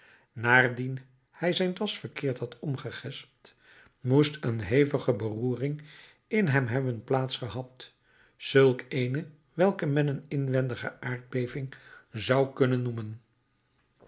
naardien hij zijn das verkeerd had omgegespt moest een hevige beroering in hem hebben plaats gehad zulk eene welke men een inwendige aardbeving zou kunnen noemen